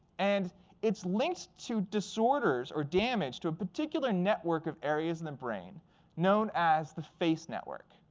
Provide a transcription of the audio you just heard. and it's linked to disorders or damage to a particular network of areas in the brain known as the face network.